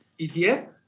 ETF